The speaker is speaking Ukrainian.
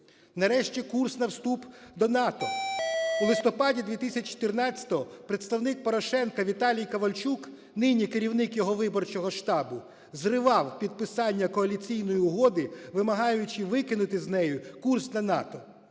Нарешті курс на вступ до НАТО. У листопаді 2014 представник Порошенка Віталій Ковальчук, нині керівник його виборчого штабу, зривав підписання Коаліційної угоди, вимагаючи викинути з неї курс на НАТО.